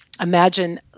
imagine